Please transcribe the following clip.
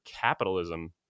capitalism